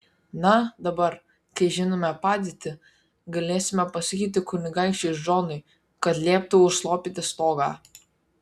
na dabar kai žinome padėtį galėsime pasakyti kunigaikščiui džonui kad lieptų užlopyti stogą